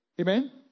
Amen